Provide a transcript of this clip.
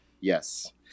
Yes